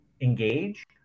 engage